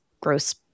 gross